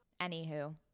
anywho